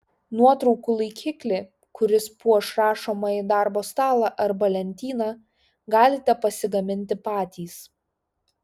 nuotraukų laikiklį kuris puoš rašomąjį darbo stalą arba lentyną galite pasigaminti patys